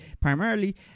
primarily